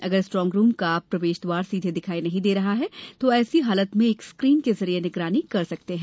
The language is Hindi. अगर स्ट्रांगरूम का प्रवेश द्वार सीधे दिखाई नहीं दे रहा है तो ऐसी हालत में एक स्क्रीन के जरिए निगरानी कर सकते हैं